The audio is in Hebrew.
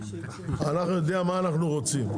אנחנו יודעים מה אנחנו רוצים.